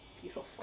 Beautiful